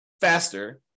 faster